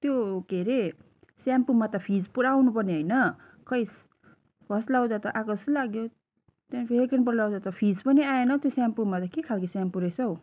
त्यो के अरे स्याम्पोमा त फिज पुरा आउनु पर्ने होइन खै फर्स्ट लाउँदा त आएको जस्तै लाग्यो त्यहाँदेखि फेरि सेकेन्डपल्ट लाउँदा त फिज पनि आएनौ त्यो स्याम्पोमा त के खालको स्याम्पो रहेछौ